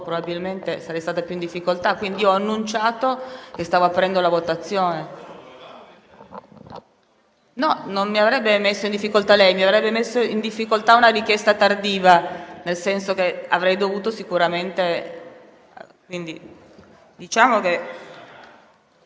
probabilmente sarei stata più in difficoltà. Quindi, ho annunciato che stavo aprendo la votazione. Non mi avrebbe messo in difficoltà lei, ma mi avrebbe messo in difficoltà una richiesta tardiva. Invito pertanto i senatori